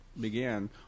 began